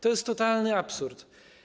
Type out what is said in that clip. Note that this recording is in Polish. To jest totalny absurd.